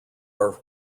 are